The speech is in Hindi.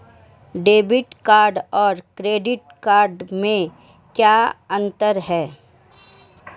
डेबिट कार्ड और क्रेडिट कार्ड में क्या अंतर है?